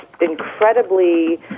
incredibly